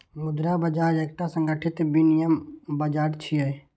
मुद्रा बाजार एकटा संगठित विनियम बाजार छियै